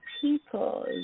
people